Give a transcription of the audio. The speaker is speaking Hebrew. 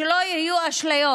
שלא יהיו אשליות,